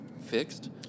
fixed